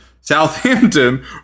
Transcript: Southampton